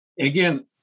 again